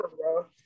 bro